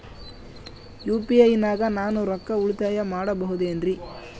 UPI ನಾಗ ನಾನು ರೊಕ್ಕ ಉಳಿತಾಯ ಮಾಡಬಹುದೇನ್ರಿ?